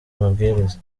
mabwiriza